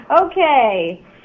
Okay